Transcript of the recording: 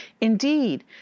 Indeed